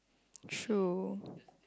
true